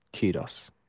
kudos